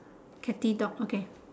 catty dog okay